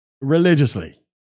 Religiously